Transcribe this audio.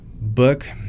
Book